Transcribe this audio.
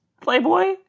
Playboy